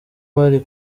bari